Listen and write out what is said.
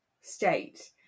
state